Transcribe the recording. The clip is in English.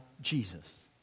Jesus